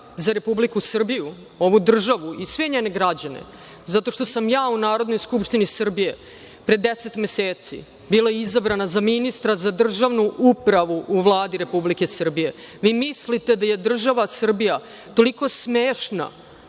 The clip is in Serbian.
za Republiku Srbiju, ovu državu i sve njene građane, zato što sam ja u Narodnoj skupštini Srbije pre deset meseci bila izabrana za ministra za državnu upravu u Vladi Republike Srbije. Vi mislite da je država Srbija toliko smešna